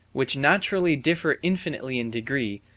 which naturally differ infinitely in degree,